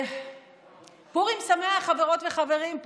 פורים שמח, חברות וחברים.